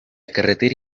carretera